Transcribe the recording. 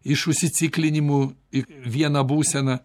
iš užsiciklinimų į vieną būseną